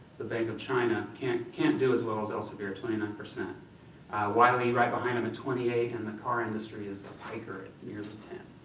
the bank of china can't can't do as well as elsevier. twenty nine. wiley wiley right behind them at twenty eight, and the car industry is a piker at nearly ten.